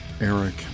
Eric